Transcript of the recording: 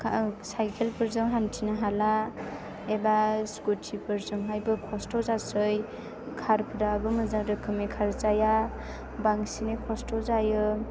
साइखेलफोरजों हान्थिनो हाला एबा स्कुटिफोरजोंहायबो कस्थ' जासै खारफोराबो मोजां रोखोमै खारजाया बांसिनै कस्थ' जायो